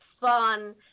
fun